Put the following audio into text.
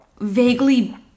vaguely